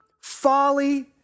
folly